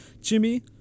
Jimmy